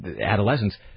adolescence